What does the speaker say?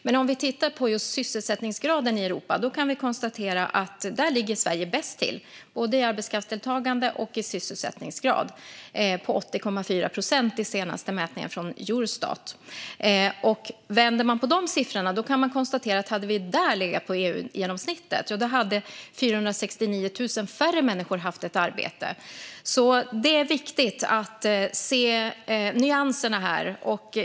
Men Sverige ligger bäst till i Europa vad gäller både arbetskraftsdeltagande och sysselsättningsgrad - den är 80,4 procent, enligt den senaste mätningen från Eurostat. Låt oss vända på de siffrorna! Hade vi legat på EU-genomsnittet där hade 469 000 färre människor haft arbete. Det är viktigt att se nyanserna.